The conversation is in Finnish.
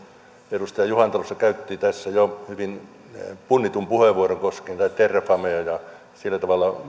edustaja juhantalo käytti jo hyvin punnitun puheenvuoron koskien terrafamea ja sillä tavalla